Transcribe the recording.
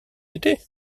été